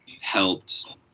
helped